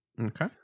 Okay